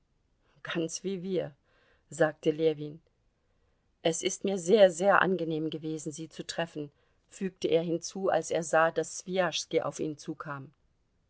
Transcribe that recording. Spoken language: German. ganz wie wir sagte ljewin es ist mir sehr sehr angenehm gewesen sie zu treffen fügte er hinzu als er sah daß swijaschski auf ihn zukam